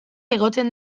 igotzen